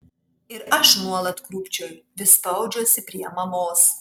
ir aš nuolat krūpčioju vis spaudžiuosi prie mamos